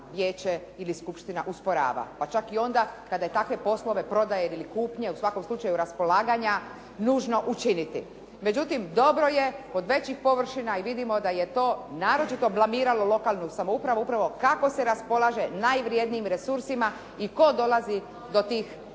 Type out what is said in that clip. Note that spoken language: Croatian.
vijeće ili skupština usporava, pa čak i onda kada takve poslove prodaje ili kupnje, u svakom slučaju raspolaganja nužno učiniti. Međutim, dobro je od većih površina i vidimo da je to naročito blamiralo lokalnu samoupravu upravo kako se raspolaže najvrijednijim resursima i tko dolazi do tih prostora.